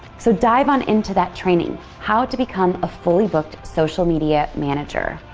so dive on into that training, how to become a fully booked social media manager.